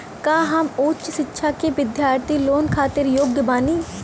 का हम उच्च शिक्षा के बिद्यार्थी लोन खातिर योग्य बानी?